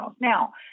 Now